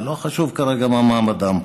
ולא חשוב כרגע מה מעמדם פה,